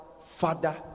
father